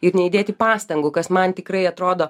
ir neįdėti pastangų kas man tikrai atrodo